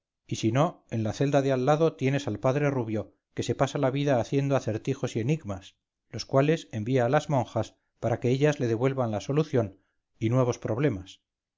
y si no en la celda de al lado tienes al padre rubio que se pasa la vida haciendo acertijos y enigmas los cuales envía a las monjas para que ellas le devuelvan la solución y nuevos problemas